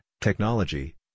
technology